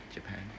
Japan